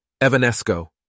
Evanesco